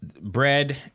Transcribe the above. bread